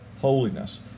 Holiness